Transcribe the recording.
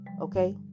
okay